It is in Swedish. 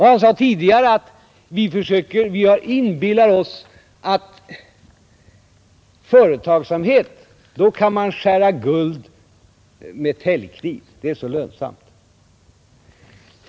Men han sade tidigare att vi inbillar oss att när det gäller företagsamhet kan man skära guld med täljkniv; det är så lönsamt.